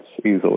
easily